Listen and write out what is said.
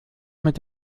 mit